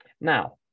Now